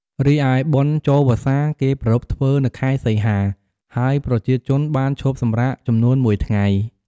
រីឯបុណ្យចូលវស្សា គេប្រារព្ធធ្វើនៅខែសីហា ហើយប្រជាជនបានឈប់សម្រាកចំនួនមួយថ្ងៃ ។